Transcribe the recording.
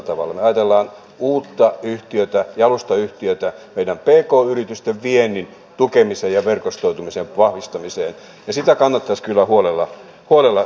me ajattelemme uutta yhtiötä jalustayhtiötä meidän pk yritystemme viennin tukemiseen ja verkostoitumisen vahvistamiseen ja sitä kannattaisi kyllä huolella jatkossakin miettiä